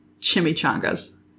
Chimichangas